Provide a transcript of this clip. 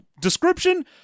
description